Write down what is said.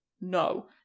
No